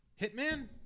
Hitman